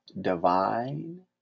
divine